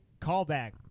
callback